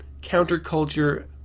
counterculture